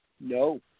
No